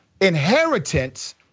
Inheritance